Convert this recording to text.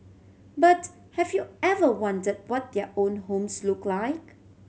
but have you ever wondered what their own homes look like